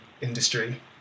industry